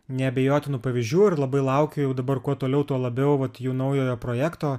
neabejotinų pavyzdžių ir labai laukiu jau dabar kuo toliau tuo labiau vat jų naujojo projekto